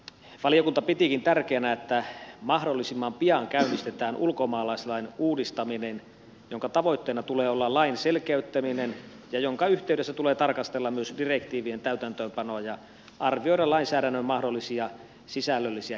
valiokunta pitikin tärkeänä että mahdollisimman pian käynnistetään ulkomaalaislain uudistaminen jonka tavoitteena tulee olla lain selkeyttäminen ja jonka yhteydessä tulee tarkastella myös direktiivien täytäntöönpanoa ja arvioida lainsäädännön mahdollisia sisällöllisiä kehittämistarpeita